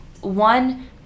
one